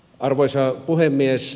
arvoisa puhemies